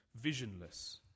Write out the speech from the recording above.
visionless